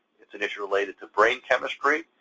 it's and it's related to brain chemistry,